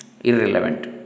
irrelevant